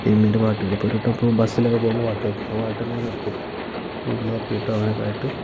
സിനിമേൻ്റെ പാട്ടുകൾ ഇപ്പം ഒരു ട്രിപ്പ് ബസ്സിലൊക്കെ പോകുമ്പം പാട്ട് വെക്കും അപ്പം പാട്ടിങ്ങനെ തപ്പും ഗൂഗിൾ തപ്പിയിട്ട് അങ്ങനെയൊക്കെയായിട്ട്